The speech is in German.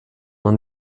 man